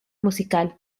musical